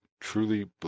truly